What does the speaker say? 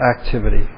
Activity